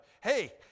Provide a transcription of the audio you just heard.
hey